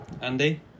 Andy